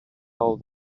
all